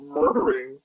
murdering